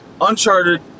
Uncharted